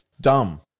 dumb